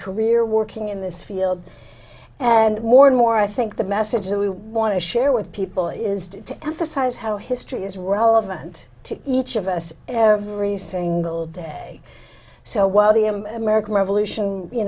career working in this field and more and more i think the message that we want to share with people is to emphasize how history is relevant to each of us every single day so while the american revolution you